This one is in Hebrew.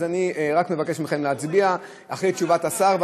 אני רק מבקש מכם להצביע אחרי תשובת השר.